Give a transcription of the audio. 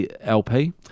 LP